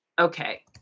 okay